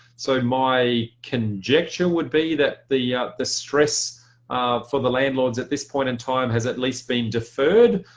so my conjecture would be that the yeah the stress for the landlords at this point in time has at least been deferred.